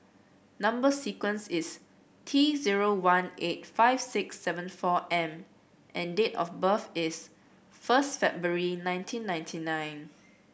number sequence is T zero one eight five six seven four M and date of birth is first February nineteen ninety nine